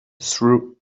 through